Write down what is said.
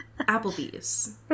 Applebee's